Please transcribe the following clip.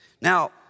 Now